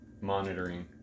monitoring